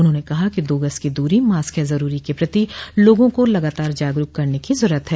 उन्होंने कहा कि दो गज को दूरी मास्क है जरूरी के प्रति लोगों को लगातार जागरूक करने की जरूरत है